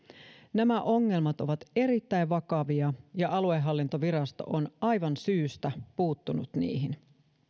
nämä ongelmat ovat erittäin vakavia ja aluehallintovirasto on aivan syystä puuttunut niihin